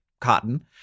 cotton